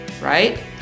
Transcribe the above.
Right